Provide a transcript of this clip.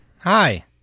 hi